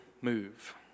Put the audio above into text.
move